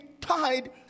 tied